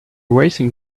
racing